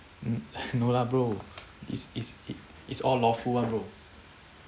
no lah bro it's it's it it's all lawful [one] bro